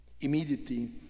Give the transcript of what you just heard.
Immediately